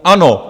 Ano!